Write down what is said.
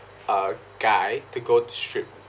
a guy to go to strip